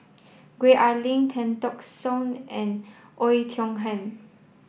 Gwee Ah Leng Tan Teck Soon and Oei Tiong Ham